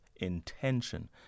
intention